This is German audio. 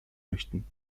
möchten